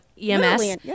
EMS